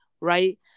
right